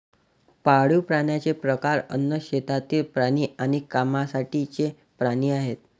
पाळीव प्राण्यांचे प्रकार अन्न, शेतातील प्राणी आणि कामासाठीचे प्राणी आहेत